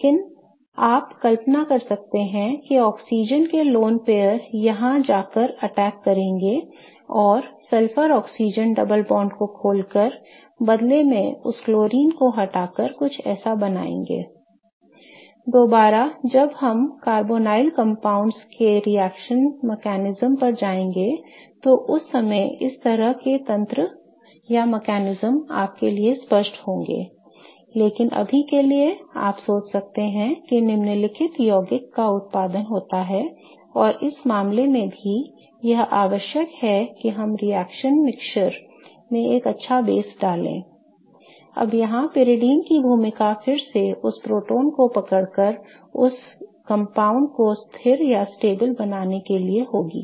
लेकिन आप कल्पना कर सकते हैं कि ऑक्सीजन के लोन पेयर यहां जाकर अटैक करेंगे और सल्फर ऑक्सीजन डबल बॉन्ड को खोलकर बदले में उस क्लोरीन को हटाकर कुछ ऐसा बनाएंगे I दोबारा जब हम कार्बोनिल यौगिकों के रिएक्शन तंत्र पर जाएंगे तो उस समय इस तरह के तंत्र आपके लिए स्पष्ट होंगे लेकिन अभी के लिए आप सोच सकते हैं कि निम्नलिखित यौगिक का उत्पादन होता है और इस मामले में भी यह आवश्यक है कि हम रिएक्शन मिश्रण में एक अच्छा बेस डालें I अब यहाँ pyridine की भूमिका फिर से उस प्रोटॉन को पकड़कर इस यौगिक को स्थिर बनाने के लिए होगी